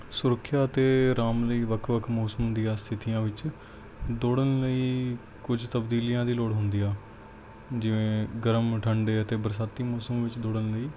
ਸੁਰੱਖਿਆ ਅਤੇ ਅਰਾਮ ਲਈ ਵੱਖ ਵੱਖ ਮੌਸਮ ਦੀਆਂ ਸਥਿਤੀਆਂ ਵਿੱਚ ਦੌੜਨ ਲਈ ਕੁਝ ਤਬਦੀਲੀਆਂ ਦੀ ਲੋੜ ਹੁੰਦੀ ਆ ਜਿਵੇਂ ਗਰਮ ਠੰਢੇ ਅਤੇ ਬਰਸਾਤੀ ਮੌਸਮ ਵਿੱਚ ਦੌੜਨ ਲਈ